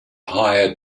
higher